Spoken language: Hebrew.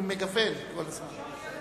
אני מגוון כל הזמן.